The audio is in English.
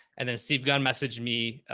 and then steve gunn messaged me,